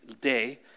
day